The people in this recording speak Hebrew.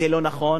זה לא נכון.